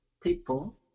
people